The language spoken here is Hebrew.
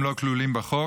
הם לא כלולים בחוק.